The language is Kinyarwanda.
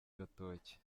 gatoki